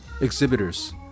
exhibitors